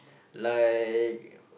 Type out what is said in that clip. like